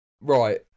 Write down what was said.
right